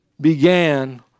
began